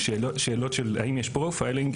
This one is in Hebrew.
ושאלות של האם יש "פרופיילינג",